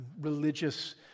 religious